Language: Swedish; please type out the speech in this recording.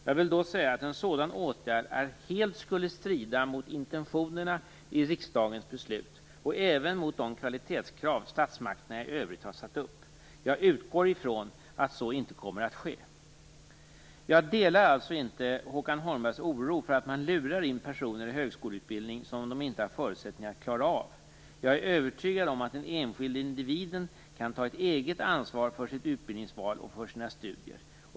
Jag vill då säga att en sådan åtgärd helt skulle strida mot intentionerna i riksdagens beslut och även mot de kvalitetskrav statsmakterna i övrigt har satt upp. Jag utgår från att så inte kommer att ske. Jag delar alltså inte Håkan Holmbergs oro för att man lurar in personer i högskoleutbildning som de inte har förutsättningar att klara av det. Jag är övertygad om att den enskilda individen kan ta ett eget ansvar för sitt utbildningsval och för sin studier.